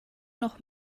noch